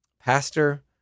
pastor